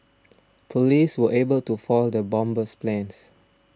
police were able to foil the bomber's plans